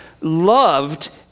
loved